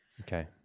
Okay